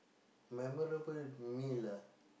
memorable meal ah